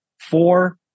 four